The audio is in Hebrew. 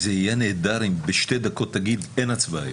זה יהיה נהדר אם בשתי דקות תגיד שאין הצבעה היום.